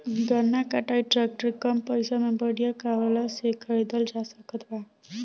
गन्ना कटाई ट्रैक्टर कम पैसे में बढ़िया कहवा से खरिदल जा सकत बा?